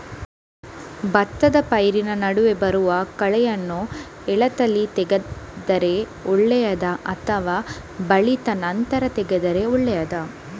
ಭತ್ತದ ಪೈರಿನ ನಡುವೆ ಬರುವ ಕಳೆಯನ್ನು ಎಳತ್ತಲ್ಲಿ ತೆಗೆದರೆ ಒಳ್ಳೆಯದಾ ಅಥವಾ ಬಲಿತ ನಂತರ ತೆಗೆದರೆ ಒಳ್ಳೆಯದಾ?